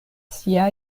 sia